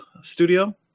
Studio